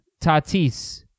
Tatis